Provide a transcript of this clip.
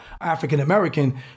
african-american